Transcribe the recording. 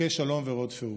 בקש שלום ורדפהו".